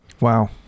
Wow